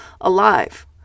alive